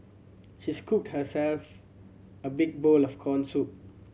she scooped herself a big bowl of corn soup